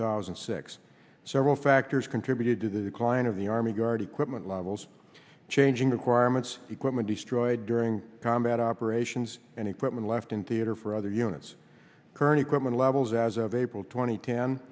thousand and six several factors contributed to the decline of the army guard equipment levels changing requirements equipment destroyed during combat operations and equipment left in theater for other units current equipment levels as of april tw